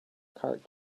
cart